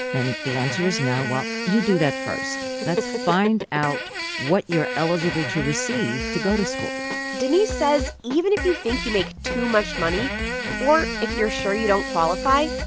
and if the answer is, no, well, you do that first. let's find out what you're eligible to receive to go to school denise says even if you think you make too much money or if you're sure you don't qualify,